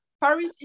Paris